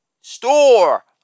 store